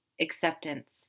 Acceptance